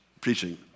preaching